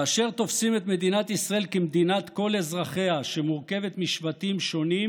כאשר תופסים את מדינת ישראל כמדינת כל אזרחיה שמורכבת משבטים שונים,